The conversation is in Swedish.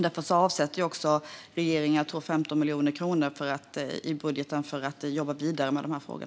Därför avsätter regeringen 15 miljoner kronor, tror jag, i budgeten för att jobba vidare med dessa frågor.